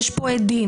ויש פה עדים: